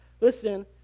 listen